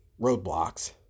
roadblocks